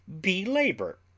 Belabor